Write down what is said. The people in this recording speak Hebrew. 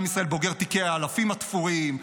עם ישראל בוגר תיקי האלפים התפורים.